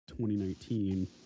2019